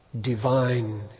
divine